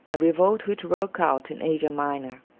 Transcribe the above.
a revolt which broke out in asia minor,